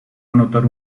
anotar